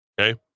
Okay